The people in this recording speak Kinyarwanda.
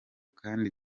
kandi